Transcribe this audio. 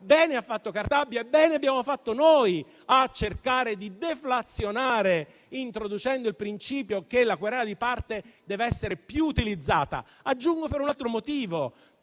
l'ex ministra Cartabia e bene abbiamo fatto noi a cercare di deflazionare, introducendo il principio che la querela di parte dev'essere più utilizzata. Aggiungo un altro motivo: